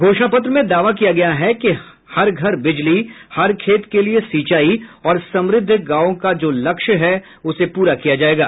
घोषणा पत्र में दावा किया गया है कि हर घर बिजली हर खेत के लिये सिंचाई और समृद्ध गांव का जो लक्ष्य है उसे पूरा किया जायेगा